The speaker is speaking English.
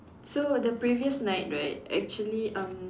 so the previous night right actually um